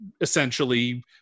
essentially